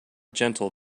gentle